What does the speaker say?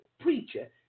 preacher